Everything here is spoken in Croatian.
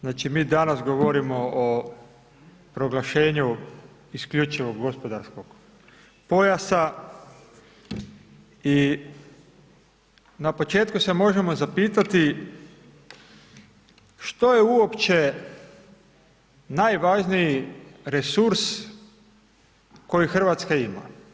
Znači mi danas govorimo o proglašenju isključivog gospodarskog pojasa i na početku se možemo zapitati što je uopće najvažniji resurs koji Hrvatska ima.